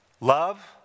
Love